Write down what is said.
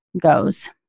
goes